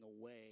away